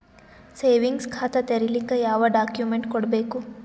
Savings ಖಾತಾ ತೇರಿಲಿಕ ಯಾವ ಡಾಕ್ಯುಮೆಂಟ್ ಕೊಡಬೇಕು?